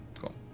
Cool